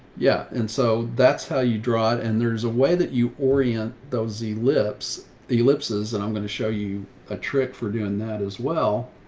yeah. and so that's how you draw it. and there's a way that you orient those, the lips ellipses. and i'm going to show you a trick for doing that as well.